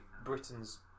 Britain's